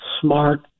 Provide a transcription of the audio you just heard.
smart